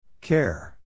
Care